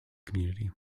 community